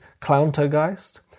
Clowntogeist